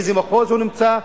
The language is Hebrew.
באיזה מחוז הוא נמצא,